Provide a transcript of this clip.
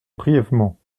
brièvement